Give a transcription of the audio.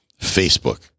Facebook